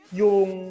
yung